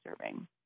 serving